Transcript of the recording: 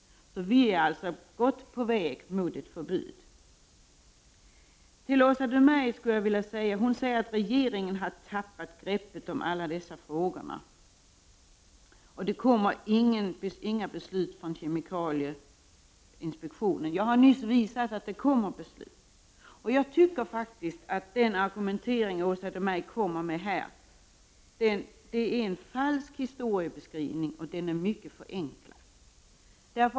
Vi är alltså på god väg mot ett förbud. Åsa Domeij säger att regeringen har tappat greppet om alla dessa frågor och att det inte kommer några beslut från kemikalieinspektionen. Jag har nyss påpekat att det kommer beslut. Åsa Domeijs argumentering är falsk historieskrivning, och den är mycket förenklad.